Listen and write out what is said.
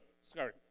Sorry